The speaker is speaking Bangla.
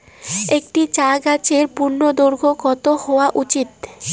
একটি চা গাছের পূর্ণদৈর্ঘ্য কত হওয়া উচিৎ?